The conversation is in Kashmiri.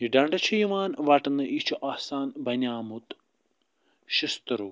یہِ ڈنٛڈٕ چھُ یِوان وٹنہٕ یہِ چھُ آسان بنیٛامُت شِستُرو